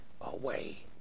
Away